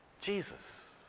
Jesus